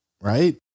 right